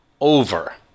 over